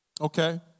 Okay